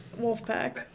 Wolfpack